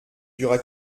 dura